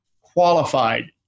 qualified